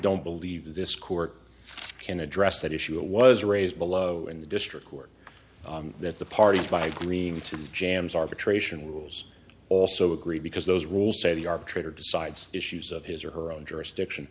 don't believe that this court can address that issue it was raised below in the district court that the parties by agreeing to jamz arbitration rules also agree because those rules say the arbitrator decides issues of his or her own jurisdiction